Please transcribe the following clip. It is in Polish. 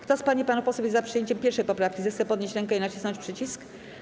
Kto z pań i panów posłów jest za przyjęciem 1. poprawki, zechce podnieść rękę i nacisnąć przycisk.